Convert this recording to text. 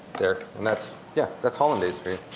there and that's yeah that's hollandaise for